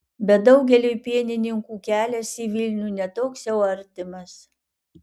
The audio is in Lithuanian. bet daugeliui pienininkų kelias į vilnių ne toks jau artimas